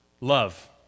love